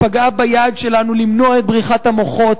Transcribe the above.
היא פגעה ביעד שלנו למנוע את בריחת המוחות.